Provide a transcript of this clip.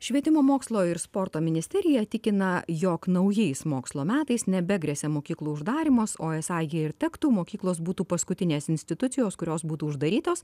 švietimo mokslo ir sporto ministerija tikina jog naujais mokslo metais nebegresia mokyklų uždarymas o esą jei ir tektų mokyklos būtų paskutinės institucijos kurios būtų uždarytos